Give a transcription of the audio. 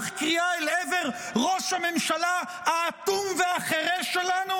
קריאה אל עבר ראש הממשלה האטום והחירש שלנו?